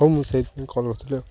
ହଉ ମୁଁ ସେଇଥି ପାଇଁ କଲ୍ କରିଥିଲି ଆଉ